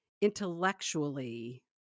intellectually